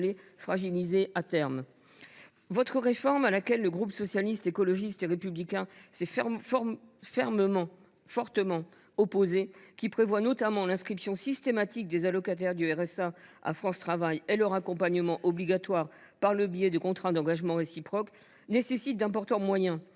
Votre réforme, à laquelle le groupe Socialiste, Écologiste et Républicain (SER) s’est fermement opposé et qui prévoit notamment l’inscription systématique des allocataires du RSA à France Travail, ainsi que leur accompagnement obligatoire par le biais du « contrat d’engagements réciproques », nécessite d’importants moyens. Au